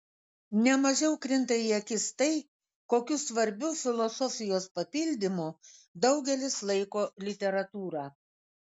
ne mažiau krinta į akis tai kokiu svarbiu filosofijos papildymu daugelis laiko literatūrą